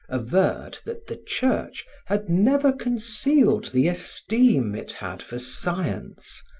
averred that the church had never concealed the esteem it had for science,